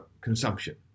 consumption